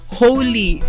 holy